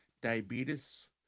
diabetes